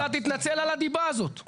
אתה תתנצל על הדיבה הזאת.